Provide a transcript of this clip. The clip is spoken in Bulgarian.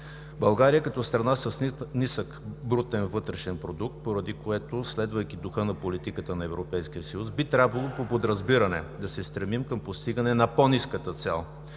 България, като страна с нисък брутен вътрешен продукт, поради което, следвайки духа на политиката на Европейския съюз, би трябвало по подразбиране да се стремим към постигане на по-ниската цел,